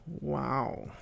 wow